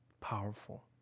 powerful